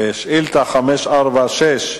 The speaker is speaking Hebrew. לשאילתא 546,